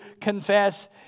confess